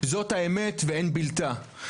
זו האמת ואין בילתה.